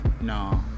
no